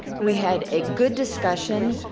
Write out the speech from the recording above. we had a good discussion.